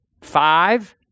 five